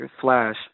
Flash